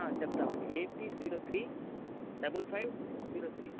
చెప్తామండి AP zero three double five zero three